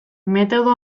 metodo